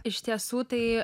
iš tiesų tai